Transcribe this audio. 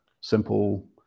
simple